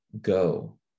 go